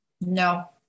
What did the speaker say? No